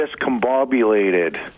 discombobulated